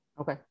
okay